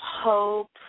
hope